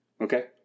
Okay